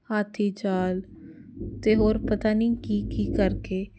ਹਾਥੀ ਚਾਲ ਅਤੇ ਹੋਰ ਪਤਾ ਨਹੀਂ ਕੀ ਕੀ ਕਰਕੇ